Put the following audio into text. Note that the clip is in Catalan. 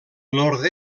nord